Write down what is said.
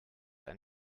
ein